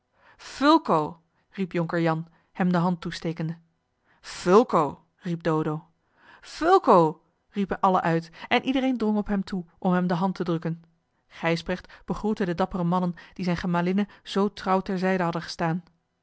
fulco riep jonker jan hem de hand toestekende fulco riep dodo fulco riepen allen uit en iedereen drong op hem toe om hem de hand te drukken gijsbrecht begroette de dappere mannen die zijne gemalinne zoo trouw ter zijde hadden gestaan